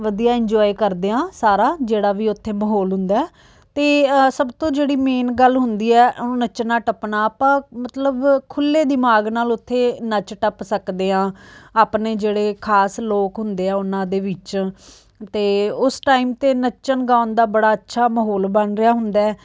ਵਧੀਆ ਇੰਜੋਏ ਕਰਦੇ ਹਾਂ ਸਾਰਾ ਜਿਹੜਾ ਵੀ ਉੱਥੇ ਮਾਹੌਲ ਹੁੰਦਾ ਅਤੇ ਸਭ ਤੋਂ ਜਿਹੜੀ ਮੇਨ ਗੱਲ ਹੁੰਦੀ ਹੈ ਨੱਚਣਾ ਟੱਪਣਾ ਆਪਾਂ ਮਤਲਬ ਖੁੱਲ੍ਹੇ ਦਿਮਾਗ ਨਾਲ ਉੱਥੇ ਨੱਚ ਟੱਪ ਸਕਦੇ ਹਾਂ ਆਪਣੇ ਜਿਹੜੇ ਖਾਸ ਲੋਕ ਹੁੰਦੇ ਆ ਉਨ੍ਹਾਂ ਦੇ ਵਿੱਚ ਅਤੇ ਉਸ ਟਾਈਮ 'ਤੇ ਨੱਚਣ ਗਾਉਣ ਦਾ ਬੜਾ ਅੱਛਾ ਮਾਹੌਲ ਬਣ ਰਿਹਾ ਹੁੰਦਾ